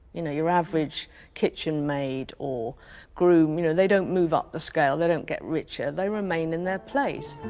you know your average kitchen maid or groom, you know, they don't move up the scale, they don't get richer, they remain in their place.